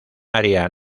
área